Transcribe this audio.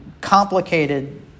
complicated